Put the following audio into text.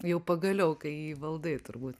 jau pagaliau kai įvaldai turbūt